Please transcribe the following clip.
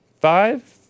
five